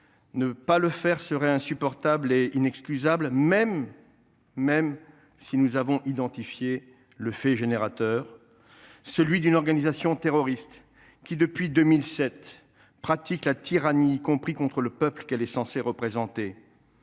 Ne pas le faire serait insupportable et inexcusable, même si nous avons identifié le fait générateur, celui d’une organisation terroriste qui, depuis 2007, pratique la tyrannie, y compris contre le peuple qu’elle est censée représenter.